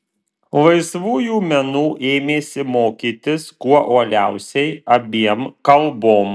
laisvųjų menų ėmėsi mokytis kuo uoliausiai abiem kalbom